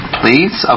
please